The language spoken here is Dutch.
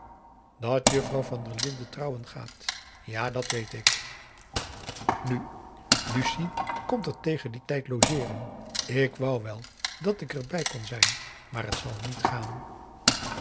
dat juffrouw van der linden trouwen gaat ja dat weet ik nu lucie komt er tegen dien tijd logeeren ik wou wel dat ik er bij kon zijn maar het zal niet gaan